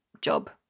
job